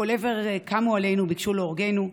מכל עבר קמו עלינו וביקשו להורגנו.